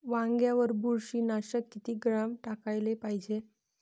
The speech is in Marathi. वांग्यावर बुरशी नाशक किती ग्राम टाकाले पायजे?